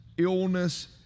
illness